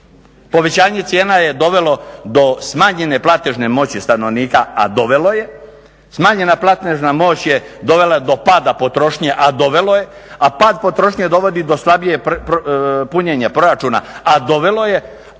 povećanje cijena je dovelo do smanjenje platežne moći stanovnika, a dovelo je, smanjena platežna moć je dovela do pada potrošnje, a dovelo je, a pad potrošnje dovodi do slabijeg punjenja proračuna, a dovelo je,